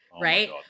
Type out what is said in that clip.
Right